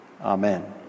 Amen